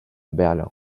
berlin